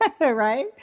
right